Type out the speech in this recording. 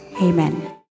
Amen